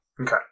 Okay